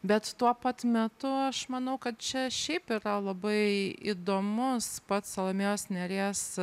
bet tuo pat metu aš manau kad čia šiaip yra labai įdomus pats salomėjos nėries